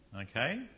Okay